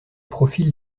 profil